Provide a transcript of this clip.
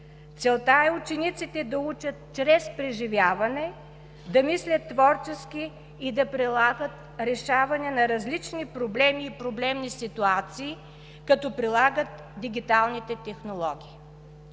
Целта е учениците да учат чрез преживяване, да мислят творчески и да прилагат решаване на различни проблеми и проблемни ситуации, като прилагат дигиталните технологии.